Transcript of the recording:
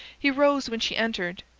he rose when she entered,